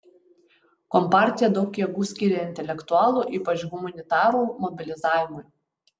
kompartija daug jėgų skyrė intelektualų ypač humanitarų mobilizavimui